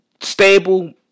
Stable